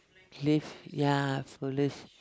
live ya for live